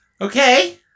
Okay